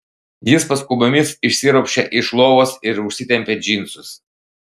jis paskubomis išsiropščia iš lovos ir užsitempia džinsus